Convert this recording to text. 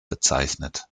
bezeichnet